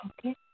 Okay